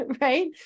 right